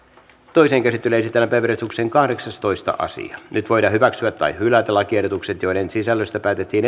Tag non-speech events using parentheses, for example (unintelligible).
toiseen käsittelyyn esitellään päiväjärjestyksen kahdeksastoista asia nyt voidaan hyväksyä tai hylätä lakiehdotukset joiden sisällöstä päätettiin (unintelligible)